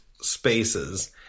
spaces